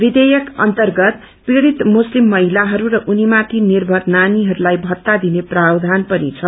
विषेयक अन्तर्गत पीड़ित मुस्लिम महिलाहरू र उनीमाथि निर्भर नानीहरूलाई भत्ता दिने प्रावधान पनि छ